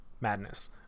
madness